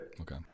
okay